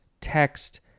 text